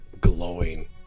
glowing